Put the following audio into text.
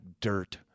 dirt